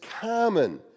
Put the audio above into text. common